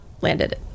landed